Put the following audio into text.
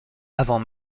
avant